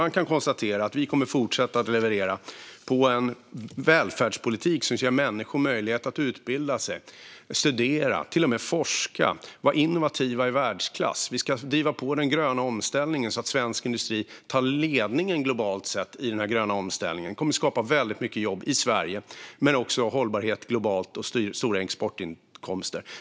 Vi kommer att fortsätta leverera en välfärdspolitik som ger människor möjlighet att utbilda sig, studera och till och med forska och vara innovativa i världsklass. Vi ska driva på den gröna omställningen, så att svensk industri tar ledningen där globalt sett. Det kommer att skapa väldigt mycket jobb i Sverige, men också hållbarhet globalt och stora exportinkomster.